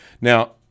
Now